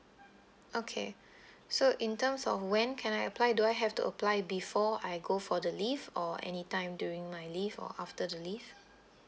okay so in terms of when can I apply do I have to apply before I go for the leave or any time during my leave or after the leave